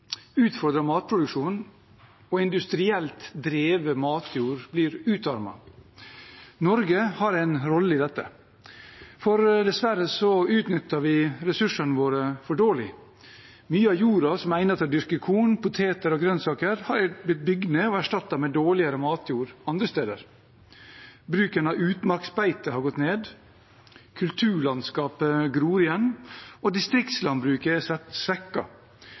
matproduksjonen, og industrielt drevet matjord blir utarmet. Norge har en rolle i dette, for dessverre utnytter vi ressursene våre for dårlig. Mye av jorden som er egnet til å dyrke korn, poteter og grønnsaker, har blitt bygd ned og erstattet med dårligere matjord andre steder. Bruken av utmarksbeite har gått ned, kulturlandskapet gror igjen, og distriktslandbruket er